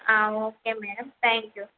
okay madam thank you